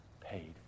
paid